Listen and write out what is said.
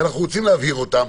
ואנחנו רוצים להבהיר אותם.